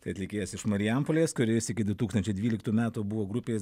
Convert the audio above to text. tai atlikėjas iš marijampolės kuris iki du tūkstančiai dvyliktų metų buvo grupės